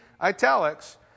italics